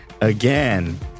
again